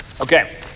Okay